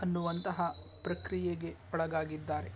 ಅನ್ನುವಂತಹ ಪ್ರಕ್ರಿಯೆಗೆ ಒಳಗಾಗಿದ್ದಾರೆ